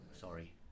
Sorry